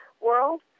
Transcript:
world